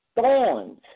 thorns